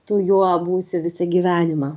tu juo būsi visą gyvenimą